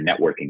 networking